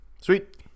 Sweet